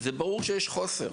ברור שיש חוסר.